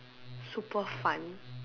super fun